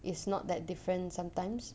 it's not that different sometimes